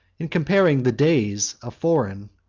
in comparing the days of foreign,